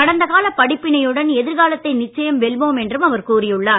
கடந்த கால படிப்பினையுடன் எதிர்க்காலத்தை நிச்சயம் வெல்வோம் என்றும் அவர் கூறியுள்ளார்